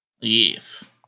Yes